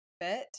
fit